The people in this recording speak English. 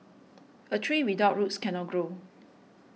a tree without roots cannot grow